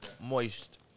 Moist